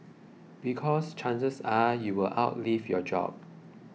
because chances are you will outlive your job